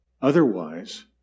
Otherwise